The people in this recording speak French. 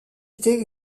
été